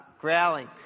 growling